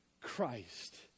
Christ